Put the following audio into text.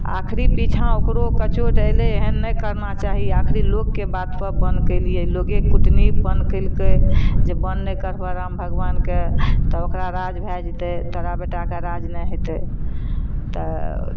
आखरी पीछाँ ओकरो कचोट अइलै एहन नहि करना चाही आखरी लोकके बात पर बन कयलियै लोगे कुटनीतपन कयलकै जे बन नै करबऽ राम भगबान कए तऽ ओकरा राज भए जेतै तोरा बेटाके राज नहि होयतै तऽ